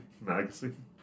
magazine